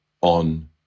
on